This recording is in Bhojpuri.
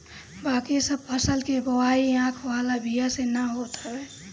बाकी सब फसल के बोआई आँख वाला बिया से ना होत हवे